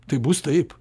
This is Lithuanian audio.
tai bus taip